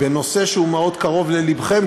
בנושא שהוא מאוד קרוב ללבכם,